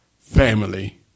family